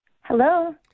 Hello